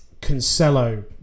Cancelo